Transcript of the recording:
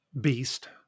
Beast